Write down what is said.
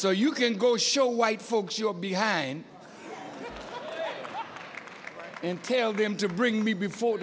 so you can go show white folks your behind and tell them to bring me before